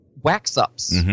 wax-ups